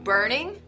burning